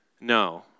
No